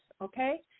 okay